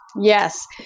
Yes